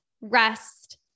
rest